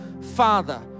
Father